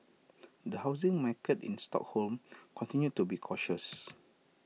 the housing market in Stockholm continued to be cautious